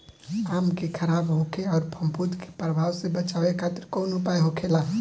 आम के खराब होखे अउर फफूद के प्रभाव से बचावे खातिर कउन उपाय होखेला?